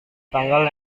tanggal